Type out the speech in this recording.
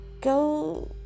Go